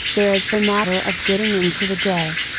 there is the matter of getting into the day.